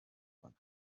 کنم